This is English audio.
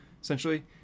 essentially